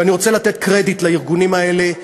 ואני רוצה לתת קרדיט לארגונים האלה,